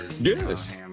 Yes